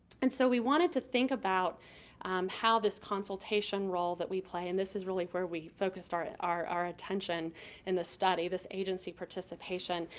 and so, we wanted to think about how this consultation role that we play, and this is really where we focused our our attention in the study, this agency participation.